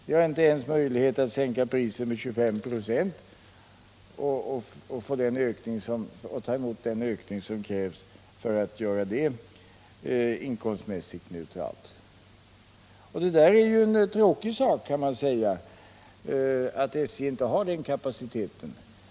Vi har inte ens möjlighet att sänka priset med 25 96 och ta emot den ökning som krävs för att göra det inkomstmässigt neutralt. Det är ju en tråkig sak, kan man säga, att SJ inte har den kapaciteten.